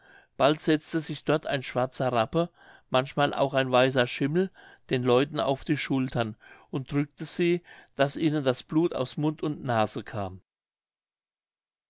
bald setzte sich dort ein schwarzer rappe manchmal auch ein weißer schimmel den leuten auf die schultern und drückte sie daß ihnen das blut aus mund und nase kam